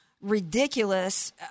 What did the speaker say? ridiculous –